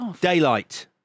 Daylight